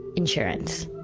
insurance,